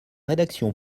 rédaction